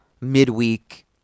midweek